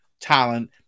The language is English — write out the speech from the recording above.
talent